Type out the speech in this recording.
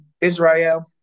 Israel